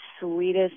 sweetest